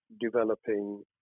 developing